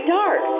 dark